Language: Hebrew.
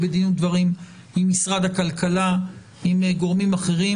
בדין ודברים עם משרד הכלכלה ועם גורמים אחרים.